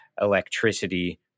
electricity